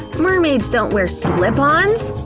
mermaids don't wear slip ons!